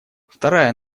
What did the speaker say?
вторая